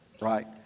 right